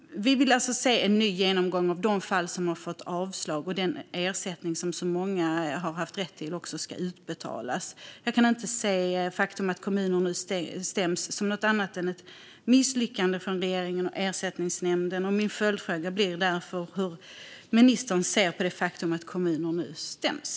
Vi vill alltså se en ny genomgång av de fall som har fått avslag och att den ersättning som många har haft rätt till också utbetalas. Jag kan inte se det faktum att kommuner nu stäms som något annat än ett misslyckande från regeringens och Ersättningsnämndens sida. Min följdfråga blir därför hur ministern ser på det faktum att kommuner nu stäms.